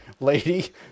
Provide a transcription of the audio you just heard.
lady